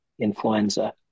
influenza